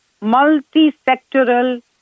multi-sectoral